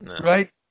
right